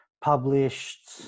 published